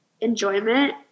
enjoyment